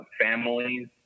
families